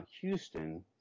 Houston